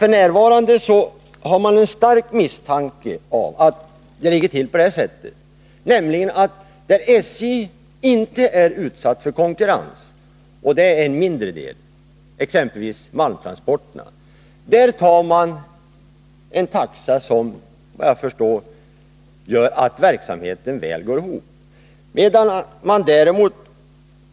F. n. har man en stark misstanke om att det ligger till på det sättet, att där SJ inte är utsatt för konkurrens — det gäller en mindre del, exempelvis malmtransporterna — har SJ en taxa som gör att verksamheten väl går ihop.